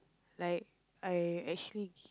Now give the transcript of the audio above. like I actually g~